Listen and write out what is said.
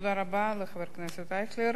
תודה רבה לחבר הכנסת אייכלר.